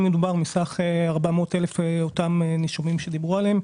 מדובר מתוך 400,000 הנישומים שדיברו עליהם?